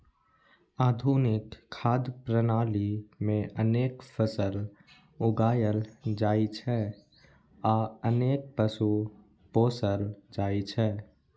आधुनिक खाद्य प्रणाली मे अनेक फसल उगायल जाइ छै आ अनेक पशु पोसल जाइ छै